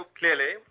clearly